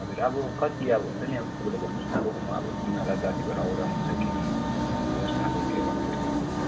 हजुर अब कति अब हुन्छ नि अब तपाईँले भन्नुहोस् न अब म अब बिमार अब जाती भएर आउँदा हुन्छ कि जस्ट अब के गर्नुपर्छ